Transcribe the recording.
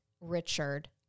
Richard